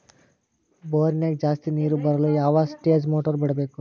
ಬೋರಿನ್ಯಾಗ ಜಾಸ್ತಿ ನೇರು ಬರಲು ಯಾವ ಸ್ಟೇಜ್ ಮೋಟಾರ್ ಬಿಡಬೇಕು?